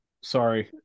Sorry